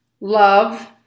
love